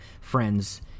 friends